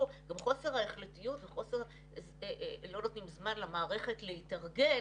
גם חוסר ההחלטיות, לא נותנים למערכת להתארגן.